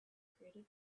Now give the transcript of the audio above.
created